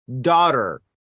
daughter